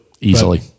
Easily